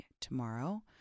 tomorrow